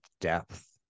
depth